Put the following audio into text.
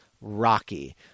rocky